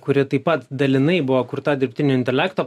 kuri taip pat dalinai buvo kurta dirbtinio intelekto